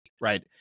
right